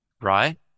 right